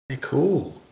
Cool